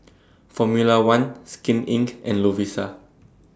Formula one Skin Inc and Lovisa